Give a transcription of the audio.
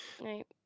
Right